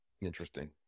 Interesting